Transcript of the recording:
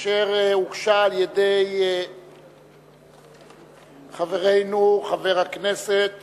אשר הוגשה על-ידי חברנו חבר הכנסת